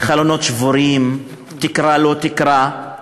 החלונות שבורים, התקרה לא-תקרה.